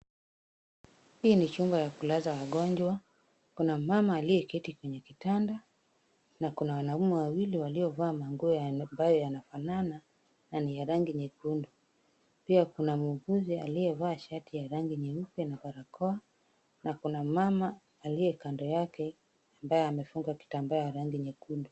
Hii ni chumba ya kulaza wagonjwa, kuna mama aliyeketi kwenye kitanda, na kuna wanaume wawili waliovaa nguo ambayo yanafanana na ni ya rangi nyekundu, pia kuna muuguzi pia aliyevaa shati ya rangi nyeupe na barakoa na kuna mama aliye kando yake ambaye amefunga kitambaa ya rangi nyekundu.